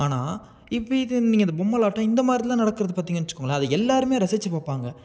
ஆனால் இவ்விதம் நீங்கள் இந்த பொம்மலாட்டம் இந்த மாதிரில்லாம் நடக்கிறது பாத்திங்கன்னு வச்சுக்கோங்களேன் அது எல்லோருமே ரசித்து பார்ப்பாங்க